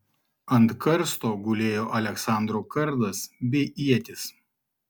ant karsto gulėjo aleksandro kardas bei ietis